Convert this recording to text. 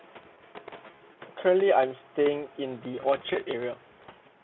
currently I'm staying in the orchard area